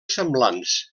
semblants